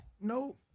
No